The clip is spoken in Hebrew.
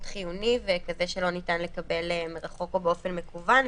חיוני וכזה שלא ניתן לקבל מרחוק או באופן מקוון,